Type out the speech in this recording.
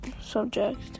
subject